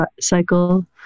cycle